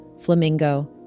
Flamingo